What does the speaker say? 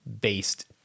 based